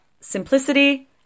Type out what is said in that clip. simplicity